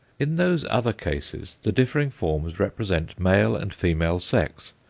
in those other cases the differing forms represent male and female sex,